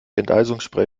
enteisungsspray